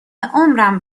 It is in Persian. عمرم